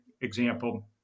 example